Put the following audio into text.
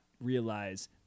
realize